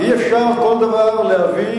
זה הרבה מעבר לוויכוח מדיני,